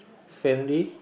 friendly